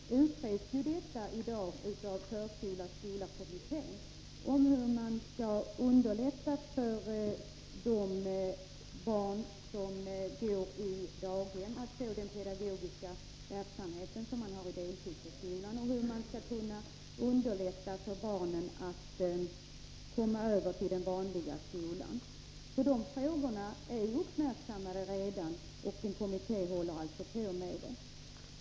Fru talman! När det gäller deltidsförskolans roll vill jag säga att förskola— skola-kommittén f. n. utreder hur man skall kunna underlätta för de barn som vistas på daghem att få del av den pedagogiska verksamhet som bedrivs i deltidsförskolan liksom hur man skall kunna göra övergången till den vanliga skolan lättare för barnen. De frågorna är alltså redan uppmärksammade — en kommitté håller på att arbeta med dem.